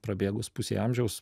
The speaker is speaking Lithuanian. prabėgus pusei amžiaus